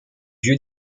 vieux